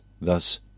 thus